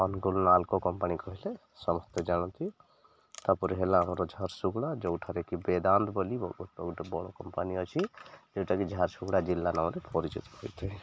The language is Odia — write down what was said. ଅନୁଗୁଳ ନାଲକୋ କମ୍ପାନୀ କହିଲେ ସମସ୍ତେ ଜାଣନ୍ତି ତା'ପରେ ହେଲା ଆମର ଝାରସୁଗୁଡ଼ା ଯେଉଁଠାରେ କି ବେଦାନ୍ତ ବୋଲି ଗୋଟେ ଗୋଟେ ବଡ଼ କମ୍ପାନୀ ଅଛି ଯେଉଁଟାକି ଝାରସୁଗୁଡ଼ା ଜିଲ୍ଲା ନାମରେ ପରିଚିତ ହୋଇଥାଏ